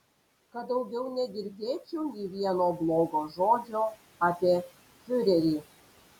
kad daugiau negirdėčiau nė vieno blogo žodžio apie fiurerį